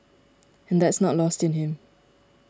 and that's not lost in him